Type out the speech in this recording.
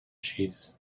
cheese